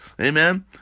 Amen